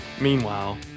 Meanwhile